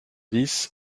dix